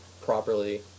properly